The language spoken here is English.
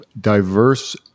diverse